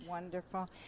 Wonderful